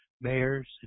mayors